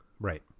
Right